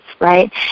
right